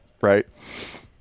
right